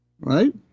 right